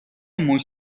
موج